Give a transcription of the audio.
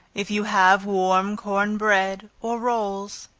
if you have warm corn bread, or rolls,